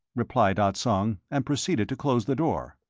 replied ah tsong, and proceeded to close the door.